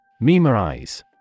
Memorize